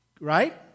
right